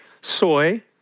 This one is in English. Soy